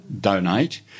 donate